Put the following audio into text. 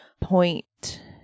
Point